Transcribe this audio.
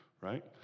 right